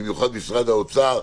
במיוחד משרד האוצר,